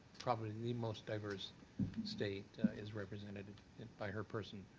probably the most diverse state is represented by her person.